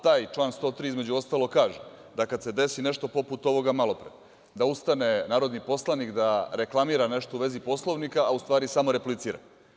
Taj član 103. između ostalog kaže – da kada se desi nešto poput ovoga malopre, da ustane narodni poslanik da reklamira nešto u vezi Poslovnika, a u stvari samo replicira.